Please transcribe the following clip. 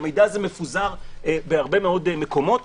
המידע הזה מפוזר בהרבה מאוד מקומות.